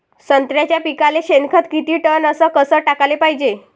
संत्र्याच्या पिकाले शेनखत किती टन अस कस टाकाले पायजे?